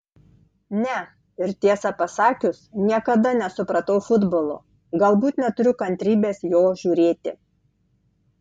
ne ir tiesą pasakius niekada nesupratau futbolo galbūt neturiu kantrybės jo žiūrėti